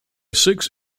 six